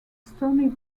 stony